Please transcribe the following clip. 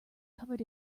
covered